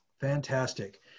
Fantastic